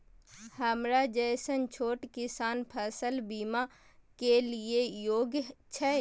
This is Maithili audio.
हमरा जैसन छोट किसान फसल बीमा के लिए योग्य छै?